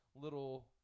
little